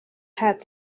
heart